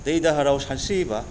दै दाहाराव सानस्रियोबा